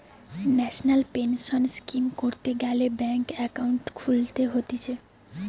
national pension scheme করতে গ্যালে bank account খুলতে হতিছে